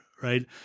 right